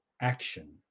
action